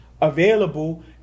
available